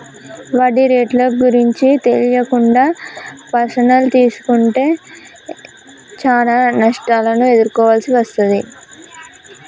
వడ్డీ రేట్లు గురించి తెలియకుండా పర్సనల్ తీసుకుంటే చానా నష్టాలను ఎదుర్కోవాల్సి వస్తది